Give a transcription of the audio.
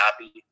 happy